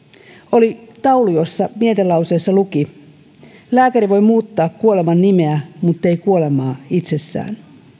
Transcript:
oli taulu jossa luki mietelause lääkäri voi muuttaa kuoleman nimeä muttei kuolemaa itsessään